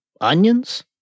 onions